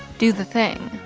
do the thing.